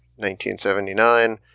1979